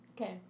okay